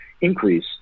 increase